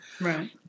Right